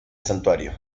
santuario